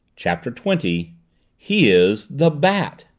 chapter twenty he is the bat!